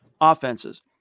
offenses